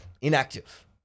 Inactive